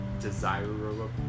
Desirable